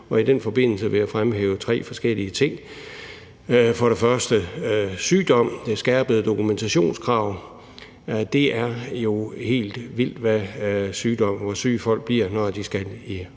og i den forbindelse vil jeg fremhæve tre forskellige ting. For det første er det sygdom – det skærpede dokumentationskrav. Det er jo helt vildt, hvor syge folk bliver, når de skal i retten,